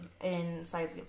inside